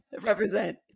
represent